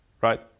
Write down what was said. right